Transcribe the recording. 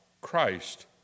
Christ